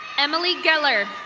emily geller.